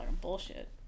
bullshit